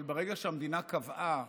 אבל ברגע שהמדינה קבעה